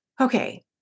Okay